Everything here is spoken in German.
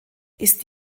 ist